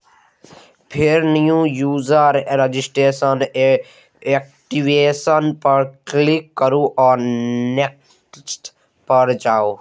फेर new user registration, activation पर click करू आ नेक्स्ट पर जाउ